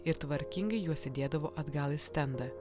ir tvarkingai juos įdėdavo atgal į stendą